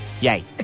Yay